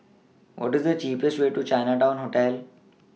What IS The cheapest Way to Chinatown Hotel